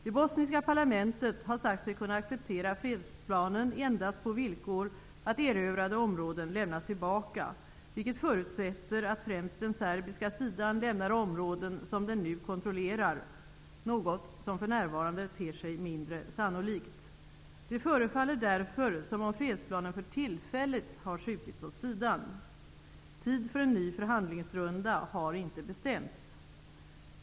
Det bosniska parlamentet har sagt sig kunna acceptera fredsplanen endast på villkor att erövrade områden lämnas tillbaka, vilket förutsätter att främst den serbiska sidan lämnar områden som den nu kontrollerar; något som för närvarande ter sig mindre sannolikt. Det förefaller därför som om fredsplanen för tillfället har skjutits åt sidan. Tid för en ny förhandlingsrunda har inte bestämts.